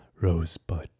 Rosebud